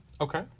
Okay